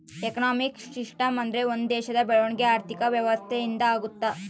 economic system ಅಂದ್ರೆ ಒಂದ್ ದೇಶದ ಬೆಳವಣಿಗೆ ಆರ್ಥಿಕ ವ್ಯವಸ್ಥೆ ಇಂದ ಆಗುತ್ತ